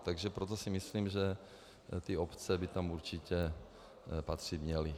Takže proto si myslím, že obce by tam určitě patřit měly.